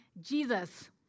Jesus